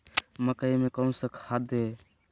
मकई में कौन सा खाद दे?